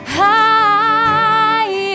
high